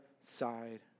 side